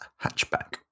hatchback